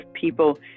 people